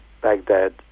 Baghdad